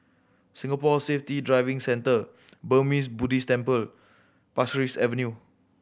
Singapore Safety Driving Centre Burmese Buddhist Temple Pasir Ris Avenue